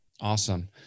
Awesome